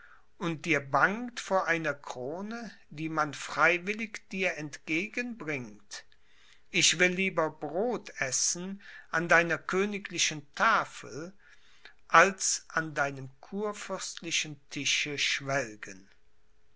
und dir bangt vor einer krone die man freiwillig dir entgegenbringt ich will lieber brod essen an deiner königlichen tafel als an deinem kurfürstlichen tische schwelgen